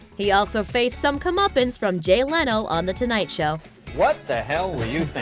he also faced some comeuppance from jay leno on the tonight show what the hell were you